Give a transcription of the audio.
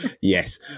Yes